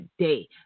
today